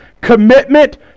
commitment